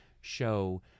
show